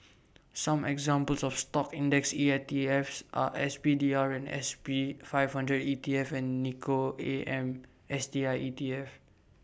some examples of stock index EITFs are S P D R and S P five hundred E T F and Nikko A M S T I E T F